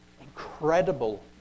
incredible